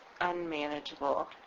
unmanageable